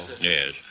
Yes